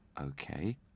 Okay